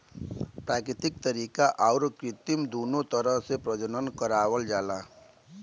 प्राकृतिक तरीका आउर कृत्रिम दूनो तरह से प्रजनन करावल जाला